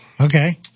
Okay